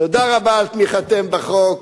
תודה רבה על תמיכתכם בחוק.